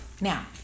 now